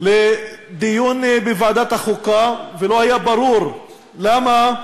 לדיון בוועדת החוקה, ולא היה ברור למה,